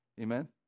Amen